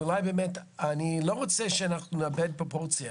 אני לא רוצה שאנחנו נאבד פרופורציה.